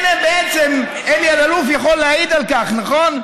אלי אלאלוף יכול להעיד על כך, נכון?